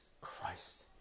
Christ